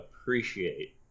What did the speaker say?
appreciate